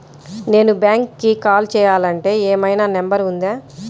నేను బ్యాంక్కి కాల్ చేయాలంటే ఏమయినా నంబర్ ఉందా?